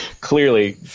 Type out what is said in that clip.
Clearly